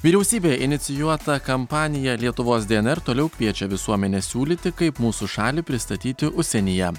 vyriausybėj inicijuota kampanija lietuvos dnr toliau kviečia visuomenę siūlyti kaip mūsų šalį pristatyti užsienyje